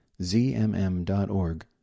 zmm.org